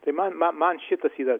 tai man man man šitas yra